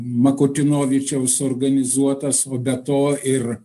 makutinovičiaus organizuotas o be to ir